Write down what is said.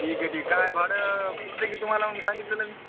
ठीक आहे ठीक आहे भाडं पुरतं आहे की तुम्हाला मग सांगितलेलं मी